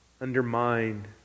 undermine